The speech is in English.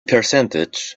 percentage